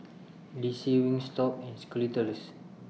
D C Wingstop and Skittles